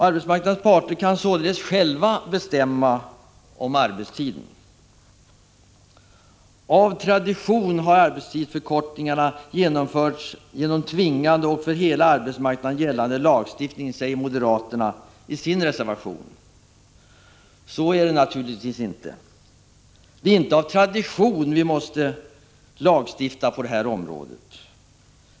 Arbetsmarknadens parter kan således själva bestämma om arbetstiden. Av tradition har arbetstidsförkortningar genomförts genom tvingande och för hela arbetsmarknaden gällande lagstiftning, säger moderaterna i sin 15 reservation. Så är det naturligtvis inte. Det är inte av tradition som vi måste lagstifta på detta område.